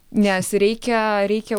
nes reikia reikia